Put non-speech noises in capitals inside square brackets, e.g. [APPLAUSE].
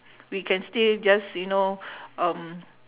we can still just you know [BREATH] um